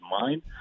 mind